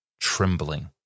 trembling